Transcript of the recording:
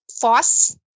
force